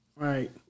Right